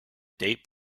date